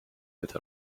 but